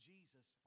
Jesus